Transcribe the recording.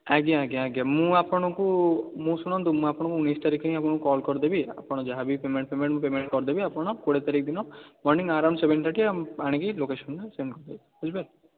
ଆଜ୍ଞା ଆଜ୍ଞା ଆଜ୍ଞା ମୁଁ ଆପଣଙ୍କୁ ମୁଁ ଶୁଣନ୍ତୁ ମୁଁ ଆପଣଙ୍କୁ ଉଣେଇଶ ତାରିଖ ହିଁ ଆପଣଙ୍କୁ କଲ୍ କରିଦେବି ଆପଣ ଯାହା ବି ପେମେଣ୍ଟ ଫେମେଣ୍ଟ ପେମେଣ୍ଟ କରିଦେବି ଆପଣ କୋଡ଼ିଏ ତାରିଖ ଦିନ ମର୍ଣ୍ଣିଂ ଆରାଉଣ୍ଡ ସେଭେନ ଥାର୍ଟି ଆଣିକି ଲୋକେସନ୍ରେ ସେଣ୍ଡ୍ କରିଦେବେ ଠିକ୍ ଅଛି